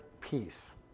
peace